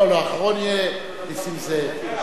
לא, לא, אחרון יהיה נסים זאב.